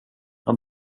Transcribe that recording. han